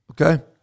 Okay